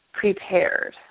prepared